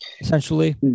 Essentially